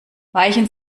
weichen